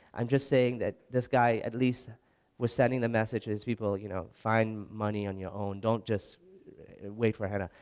i'm just saying that this guy at least was sending the messages, people you know find money on your own, don't just wait for a handout.